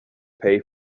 pay